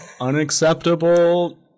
Unacceptable